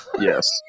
yes